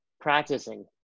practicing